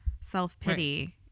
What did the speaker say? self-pity